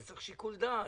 צריך שיקול דעת.